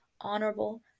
honorable